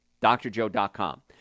DrJoe.com